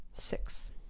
Six